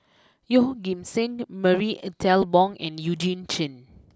Yeoh Ghim Seng Marie Ethel Bong and Eugene Chen